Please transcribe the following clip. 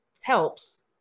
helps